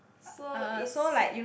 so is